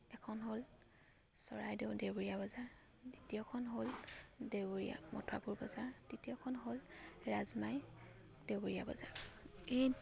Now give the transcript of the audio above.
এখন হ'ল চৰাইদেউ দেওবৰীয়া বজাৰ দ্বিতীয়খন হ'ল দেওবৰীয়া মঠাপুৰ বজাৰ তৃতীয়খন হ'ল ৰাজমাই দেওবৰীয়া বজাৰ এই